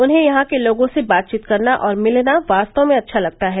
उन्हें यहां के लोगों से बातचीत करना और मिलना वास्तव में अच्छा लगता है